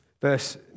Verse